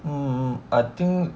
um I think